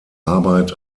arbeit